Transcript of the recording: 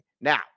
Now